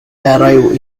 arrive